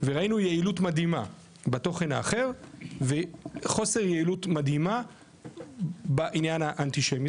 וראינו יעילות מדהימה בתוכן האחר וחוסר יעילות מדהימה בעניין האנטישמי,